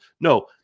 No